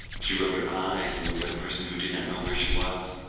she rubbed her eyes and looked like a person who did not know where she was.